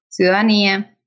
ciudadanía